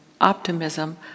optimism